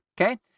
Okay